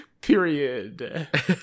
Period